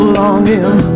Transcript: longing